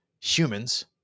humans